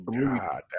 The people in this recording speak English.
god